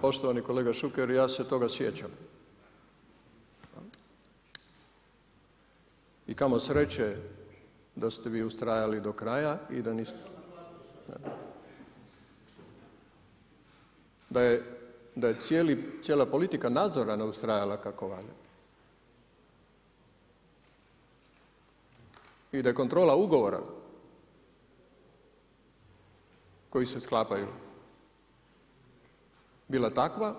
Poštovani kolega Šuker ja se toga sjećam i kamo sreće da ste vi ustrajali do kraja i da niste. … [[Upadica iz klupe, ne razumije se.]] Da je cijela politika nadzora ustrajala kako valja i da je kontrola ugovora koji se sklapaju bila takva